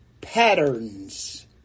Patterns